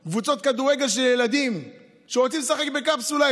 פנו אליי קבוצות כדורגל של ילדים שרוצים לשחק בקפסולה,